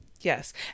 Yes